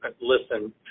listen